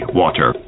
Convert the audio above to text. water